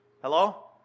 Hello